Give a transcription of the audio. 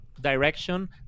direction